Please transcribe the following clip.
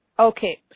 Okay